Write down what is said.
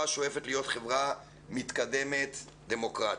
השואפת להיות חברה מתקדמת ודמוקרטית.